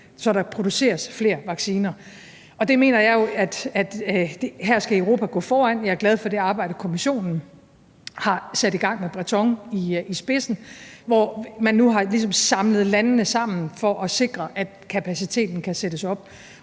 så der produceres flere vacciner. Og her mener jeg jo, at Europa skal gå foran. Jeg er glad for det arbejde, Kommissionen har sat i gang med Thierry Breton i spidsen, altså hvor man nu ligesom har samlet landene for at sikre, at kapaciteten kan sættes op.